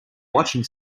watching